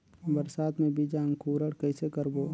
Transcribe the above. बरसात मे बीजा अंकुरण कइसे करबो?